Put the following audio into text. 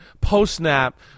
post-snap